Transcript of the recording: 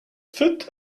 fit